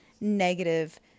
negative